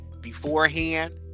beforehand